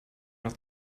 noch